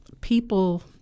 people